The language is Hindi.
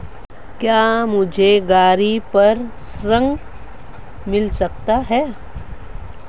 क्या मुझे गाड़ी पर ऋण मिल सकता है?